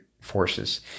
forces